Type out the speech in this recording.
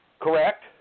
Correct